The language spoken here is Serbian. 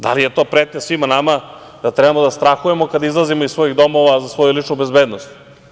Da li je to pretnja svima nama, da trebamo da strahujemo kada izlazimo iz svojih domova za svoju ličnu bezbednost?